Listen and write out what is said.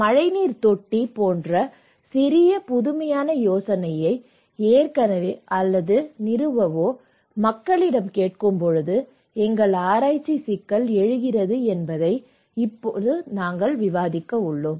மழைநீர் தொட்டி போன்ற சிறிய புதுமையான யோசனையை ஏற்கவோ அல்லது நிறுவவோ மக்களிடம் கேட்கும்போது எங்கள் ஆராய்ச்சி சிக்கல் எழுகிறது என்பதை இப்போது விவாதித்தோம்